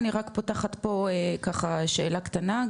אני רק פותחת פה ככה שאלה קטנה,